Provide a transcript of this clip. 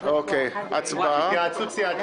התייעצות סיעתית.